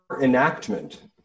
enactment